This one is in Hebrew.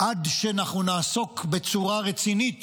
עד שאנחנו נעסוק בצורה רצינית